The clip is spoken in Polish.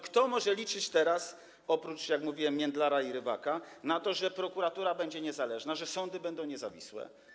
Kto może liczyć teraz - oprócz, jak mówiłem, Międlara i Rybaka - na to, że prokuratura będzie niezależna, że sądy będą niezawisłe?